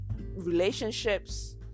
relationships